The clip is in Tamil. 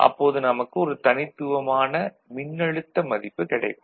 அப்போது நமக்கு ஒரு தனித்துவமான மின்னழுத்த மதிப்பு கிடைக்கும்